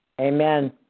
Amen